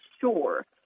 Sure